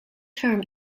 term